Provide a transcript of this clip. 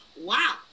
Wow